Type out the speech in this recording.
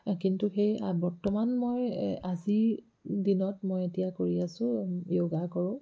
কিন্তু সেই বৰ্তমান মই আজি দিনত মই এতিয়া কৰি আছোঁ য়োগা কৰোঁ